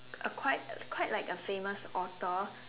a quite quite like a famous author